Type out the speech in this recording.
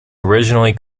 originally